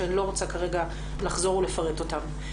שאני לא רוצה כרגע לחזור ולפרט אותם.